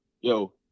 yo